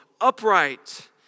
upright